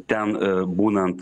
ten būnant